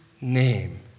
name